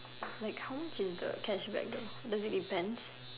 like how much is the cash back though does it depends